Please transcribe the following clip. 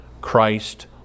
Christ